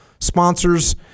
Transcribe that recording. sponsors